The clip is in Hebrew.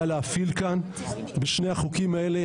מאפשרות אפשר היה להפעיל כאן בשני החוקים האלה.